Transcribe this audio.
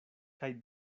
kaj